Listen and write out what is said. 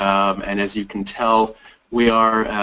um and as you can tell we are